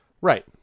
Right